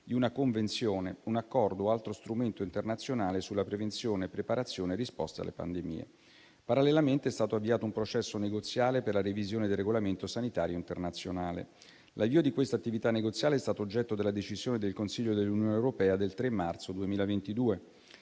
di una convenzione, un accordo o altro strumento internazionale sulla prevenzione e preparazione in risposta alle pandemie. Parallelamente, è stato avviato un processo negoziale per la revisione del regolamento sanitario internazionale. L'avvio di quest'attività negoziale è stato oggetto della decisione del Consiglio dell'Unione europea del 3 marzo 2022.